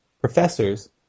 professors